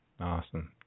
Awesome